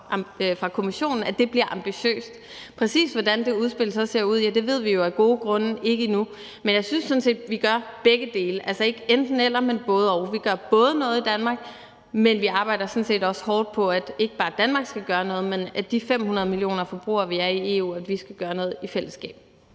fra Kommissionen, bliver ambitiøst. Præcis hvordan det udspil så ser ud, ved vi jo af gode grunde ikke endnu. Men jeg synes sådan set, at vi gør begge dele. Det er ikke et enten-eller, men et både-og. Vi gør både noget i Danmark, men vi arbejder sådan set også hårdt på, at ikke bare Danmark skal gøre noget, men at vi 500 millioner forbrugere, som vi er i EU, skal gøre noget i fællesskab.